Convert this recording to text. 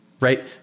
right